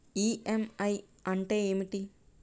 EMI అంటే ఏమిటి?